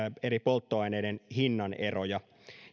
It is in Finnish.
eri polttoaineiden hinnan eroja